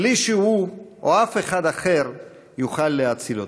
בלי שהוא או אף אחד אחר יוכל להציל אותם.